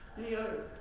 know?